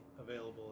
available